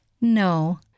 No